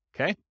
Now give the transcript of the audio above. Okay